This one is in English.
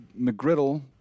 McGriddle